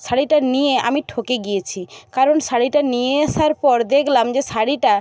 শাড়িটা নিয়ে আমি ঠকে গিয়েছি কারণ শাড়িটা নিয়ে আসার পর দেখলাম যে শাড়িটা